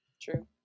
True